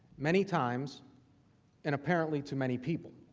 many times and apparently to many people.